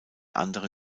andere